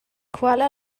kuala